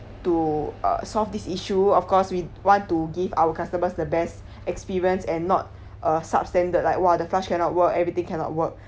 to uh solve this issue of course we want to give our customers the best experience and not a substandard like !wah! the flush cannot work everything cannot work